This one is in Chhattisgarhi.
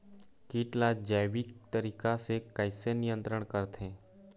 कीट ला जैविक तरीका से कैसे नियंत्रण करथे?